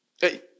Hey